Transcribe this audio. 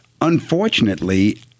unfortunately